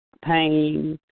pain